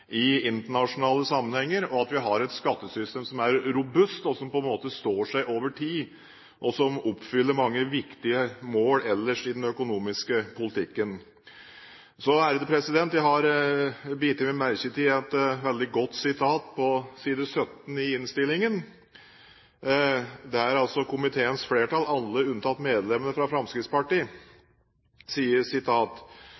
i internasjonale sammenhenger – vi har et skattesystem som er robust, og som står seg over tid, og som oppfyller mange viktige mål ellers i den økonomiske politikken. Jeg har bitt meg merke i en veldig god merknad på side 17 i innstillingen. Der sier komiteens flertall – alle unntatt medlemmene fra